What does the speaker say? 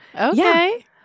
Okay